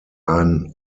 ein